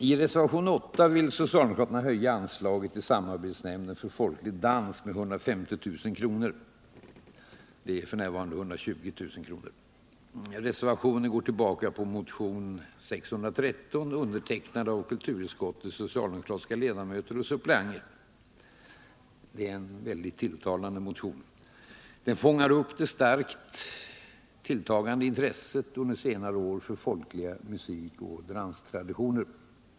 I reservationen 8 vill socialdemokraterna höja anslaget till Samarbetsnämnden för folklig dans med 150 000 kr. F. n. är det 120 000 kr. Reservationen går tillbaka på motionen 1978/79:613, undertecknad av kulturutskottets socialdemokratiska ledamöter och suppleanter. Det är en tilltalande motion. Den fångar upp det starkt tilltagande intresset under senare år för folkliga musikoch danstraditioner.